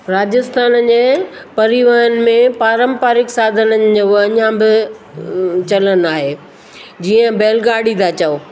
राजस्थान जे परिवहन में पारंपारिक साधननि जो अञा बि चलनि आहे जीअं बैलगाॾी था चयो